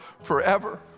forever